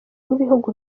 n’ibihugu